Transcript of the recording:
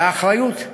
והאחריות בים,